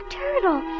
turtle